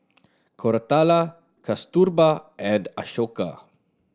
Koratala Kasturba and Ashoka